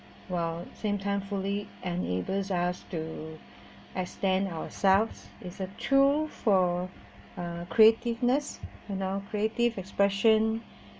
while same time fully enables us to extend ourselves it's a tool for uh creativeness you know creative expression